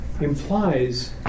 implies